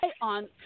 on